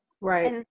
Right